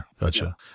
gotcha